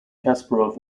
kasparov